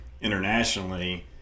internationally